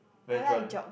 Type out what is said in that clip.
very dry